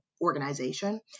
organization